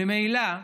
ממילא,